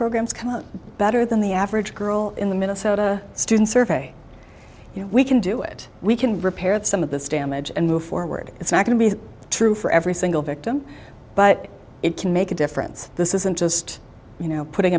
programs come out better than the average girl in the minnesota student survey you know we can do it we can repair some of the stammered and move forward it's not going to be true for every single victim but it can make a difference this isn't just you know putting